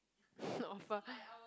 offer